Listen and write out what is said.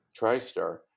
TriStar